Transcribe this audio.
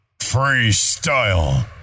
freestyle